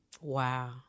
Wow